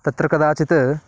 तत्र कदाचित्